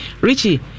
Richie